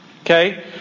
Okay